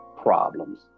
problems